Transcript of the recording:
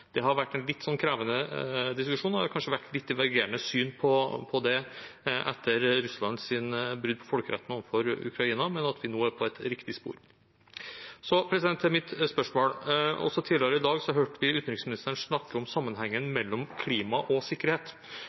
Det har vært litt krevende diskusjoner, og det har kanskje vært litt divergerende syn på det etter Russlands brudd på folkeretten overfor Ukraina, men vi er nå på riktig spor. Også tidligere i dag hørte vi utenriksministeren snakke om sammenhengen mellom klima og sikkerhet.